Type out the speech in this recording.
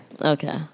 Okay